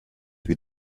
wie